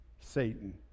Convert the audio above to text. Satan